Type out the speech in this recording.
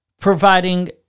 providing